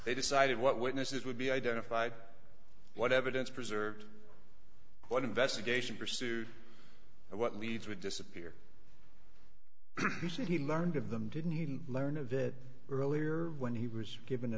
they decided what witnesses would be identified what evidence preserved what investigation pursued and what leads would disappear he said he learned of them didn't learn of it earlier when he was given a